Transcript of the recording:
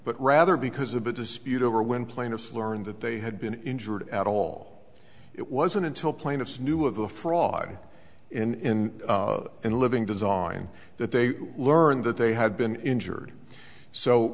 but rather because of a dispute over when plaintiffs learned that they had been injured at all it wasn't until plaintiffs knew of the fraud in and living design that they learned that they had been injured so